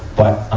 but ah